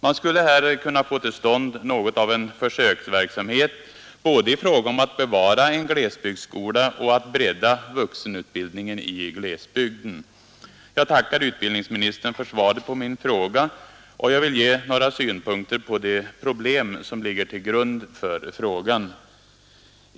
Man skulle här kunna få till stånd något av en försöksverksamhet i fråga om att både bevara en glesbygdsskola och bredda vuxenutbildningen i glesbygden. Jag tackar utbildningsministern för svaret på min fråga, och jag vill anföra några synpunkter på det problem som ligger till grund för frågan.